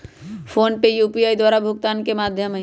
PhonePe UPI द्वारा भुगतान के माध्यम हइ